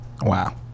Wow